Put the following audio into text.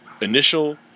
initial